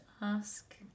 ask